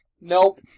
Nope